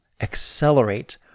accelerate